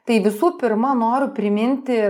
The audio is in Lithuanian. tai visų pirma noriu priminti